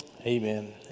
Amen